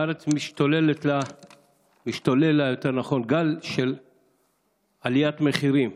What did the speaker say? בארץ משתולל גל של עליית מחירים,